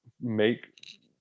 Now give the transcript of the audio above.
make